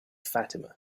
fatima